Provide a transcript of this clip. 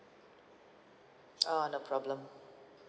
ah no problem